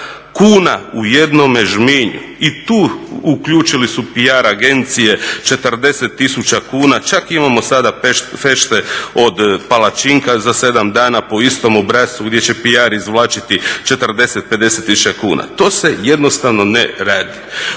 kuna u jednome Žminju. I tu uključili su PR agencije 40 tisuća kuna, čak imamo sada fešte od palačinka za 7 dana po istom obrascu gdje će PR izvlačiti 40, 50 tisuća kuna. To se jednostavno ne radi.